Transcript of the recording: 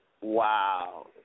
Wow